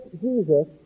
Jesus